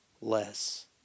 less